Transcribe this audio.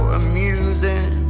amusing